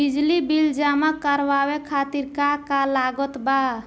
बिजली बिल जमा करावे खातिर का का लागत बा?